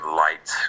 light